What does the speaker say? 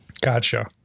Gotcha